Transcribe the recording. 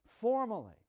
formally